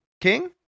King